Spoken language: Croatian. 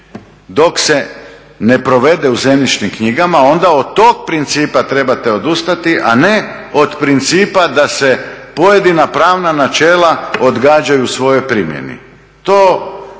dok se ne provede u zemljišnim knjigama onda od tog principa trebate odustati a ne od principa da se pojedina pravna načela odgađaju u svojoj primjeni.